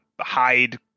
hide